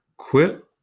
Quit